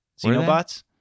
xenobots